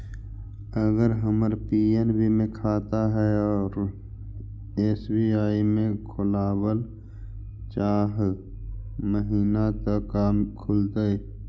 अगर हमर पी.एन.बी मे खाता है और एस.बी.आई में खोलाबल चाह महिना त का खुलतै?